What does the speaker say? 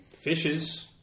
Fishes